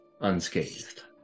unscathed